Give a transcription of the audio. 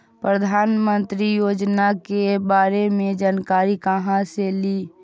प्रधानमंत्री योजना के बारे मे जानकारी काहे से ली?